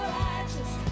righteous